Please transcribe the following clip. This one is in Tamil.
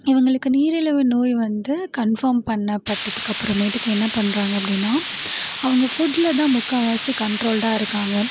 இவங்களுக்கு நீரிழிவு நோய் வந்து கன்ஃபார்ம் பண்ணப்பட்டதுக்கு அப்புறமேட்டுக்கு என்ன பண்ணுறாங்க அப்படினா அவங்க ஃபுட்லதான் முக்கால்வாசி கண்ட்ரோல்டாக இருக்காங்கள்